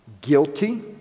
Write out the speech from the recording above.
guilty